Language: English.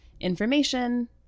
information